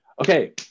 okay